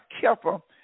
careful